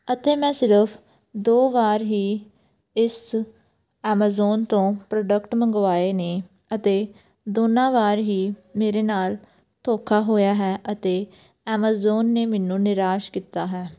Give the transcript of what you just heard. ਅਤੇ ਮੈਂ ਸਿਰਫ਼ ਦੋ ਵਾਰ ਹੀ ਇਸ ਐਮਾਜ਼ੋਨ ਤੋਂ ਪ੍ਰੋਡਕਟ ਮੰਗਵਾਏ ਨੇ ਅਤੇ ਦੋਨਾਂ ਵਾਰ ਹੀ ਮੇਰੇ ਨਾਲ ਧੋਖਾ ਹੋਇਆ ਹੈ ਅਤੇ ਐਮਾਜ਼ੋਨ ਨੇ ਮੈਨੂੰ ਨਿਰਾਸ਼ ਕੀਤਾ ਹੈ